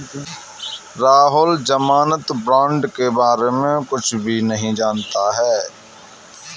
राहुल ज़मानत बॉण्ड के बारे में कुछ भी नहीं जानता है